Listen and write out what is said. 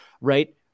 right